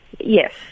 Yes